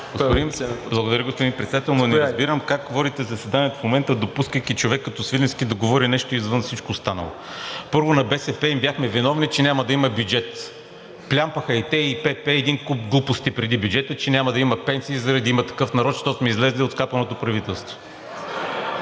Благодаря. Господин Председател, не разбирам как водите заседанието в момента, допускайки човек като Свиленски да говори нещо, извън всичко останало? Първо, на БСП им бяхме виновни, че няма да има бюджет. Плямпаха и те, и ПП един куп глупости преди бюджета, че няма да има пенсии заради „Има такъв народ“, защото сме излезли от скапаното правителство.